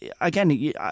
again